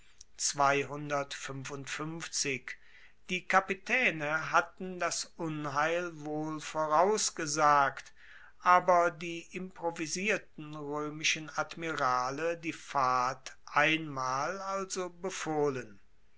die kapitaene hatten das unheil wohl vorausgesagt aber die improvisierten roemischen admirale die fahrt einmal also befohlen